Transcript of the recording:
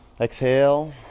exhale